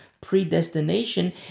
predestination